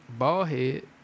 Ballhead